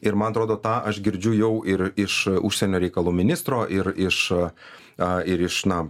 ir man atrodo tą aš girdžiu jau ir iš užsienio reikalų ministro ir iš a ir iš na